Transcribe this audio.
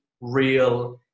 real